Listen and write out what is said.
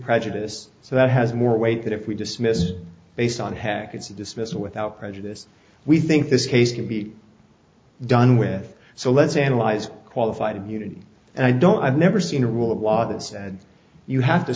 prejudice so that has more weight that if we dismiss based on hackett's a dismissal without prejudice we think this case can be done with so let's analyze qualified immunity and i don't i've never seen a rule of law that said you have to